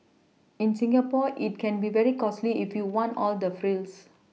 in Singapore it can be very costly if you want all the frills